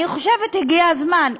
אני חושבת שהגיע הזמן,